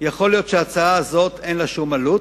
יכול להיות שלהצעה הזאת אין שום עלות,